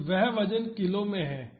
तो वह वजन किलो में है